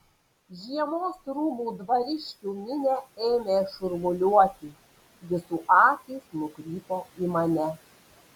žiemos rūmų dvariškių minia ėmė šurmuliuoti visų akys nukrypo į mane